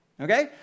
okay